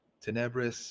Tenebris